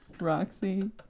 Roxy